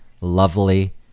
lovely